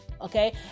Okay